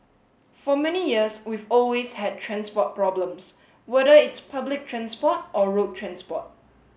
for many years we've always had transport problems whether it's public transport or road transport